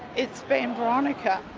it's been boronika.